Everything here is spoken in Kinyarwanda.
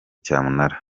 cyamunara